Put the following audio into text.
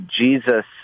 Jesus